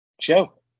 Joe